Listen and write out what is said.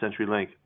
CenturyLink